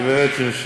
היא בלבלה.